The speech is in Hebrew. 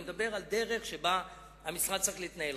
אני מדבר על דרך שבה המשרד צריך להתנהל.